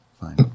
Fine